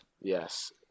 Yes